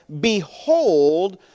Behold